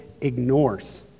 ignores